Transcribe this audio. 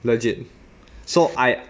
legit so I